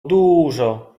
dużo